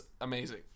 amazing